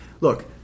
Look